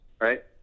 right